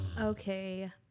Okay